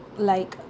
like